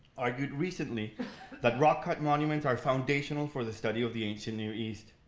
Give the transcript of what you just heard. argued recently that rock cut monuments are foundational for the study of the ancient near east,